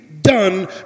done